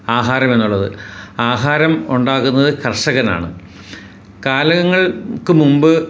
ആഹാരം എന്നുള്ളത് ആഹാരം ഉണ്ടാക്കുന്നത് കർഷകനാണ് കാലങ്ങൾക്ക് മുമ്പ്